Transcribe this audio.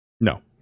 No